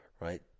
right